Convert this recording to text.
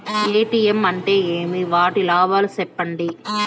ATM అంటే ఏమి? వాటి లాభాలు సెప్పండి?